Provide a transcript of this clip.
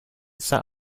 sat